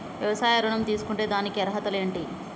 వ్యవసాయ ఋణం తీసుకుంటే దానికి అర్హతలు ఏంటి?